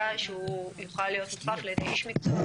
שהוא יוכל להיות מוחלף על ידי איש מקצוע,